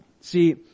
See